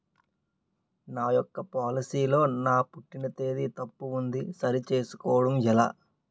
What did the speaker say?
నా యెక్క పోలసీ లో నా పుట్టిన తేదీ తప్పు ఉంది సరి చేసుకోవడం ఎలా?